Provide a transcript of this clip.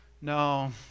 No